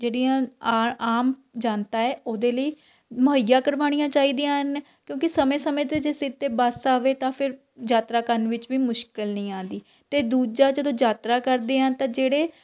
ਜਿਹੜੀਆਂ ਆਂ ਆਮ ਜਨਤਾ ਹੈ ਉਹਦੇ ਲਈ ਮੁਹੱਈਆ ਕਰਵਾਉਣੀਆਂ ਚਾਹੀਦੀਆਂ ਹਨ ਕਿਉਂਕਿ ਸਮੇਂ ਸਮੇਂ 'ਤੇ ਜੇ ਸਿਰ 'ਤੇ ਬੱਸ ਆਵੇ ਤਾਂ ਫਿਰ ਯਾਤਰਾ ਕਰਨ ਵਿੱਚ ਵੀ ਮੁਸ਼ਕਲ ਨਹੀਂ ਆਉਂਦੀ ਅਤੇ ਦੂਜਾ ਜਦੋਂ ਯਾਤਰਾ ਕਰਦੇ ਹਾਂ ਤਾਂ ਜਿਹੜੇ